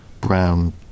Brown